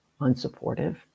unsupportive